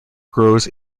grows